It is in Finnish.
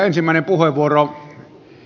arvoisa puhemies